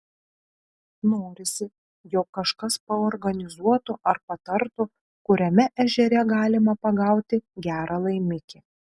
norisi jog kažkas paorganizuotų ar patartų kuriame ežere galima pagauti gerą laimikį